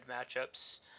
matchups